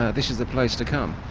ah this is the place to come.